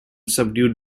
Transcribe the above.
subdued